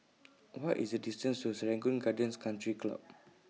What IS The distance to Serangoon Gardens Country Club